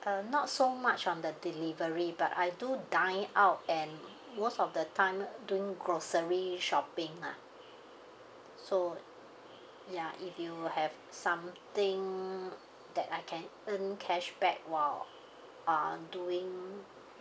uh not so much on the delivery but I do dine out and most of the time doing grocery shopping ah so ya if you have something that I can earn cashback while I'm doing